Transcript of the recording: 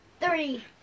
Three